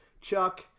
Chuck